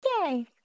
Yay